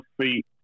feet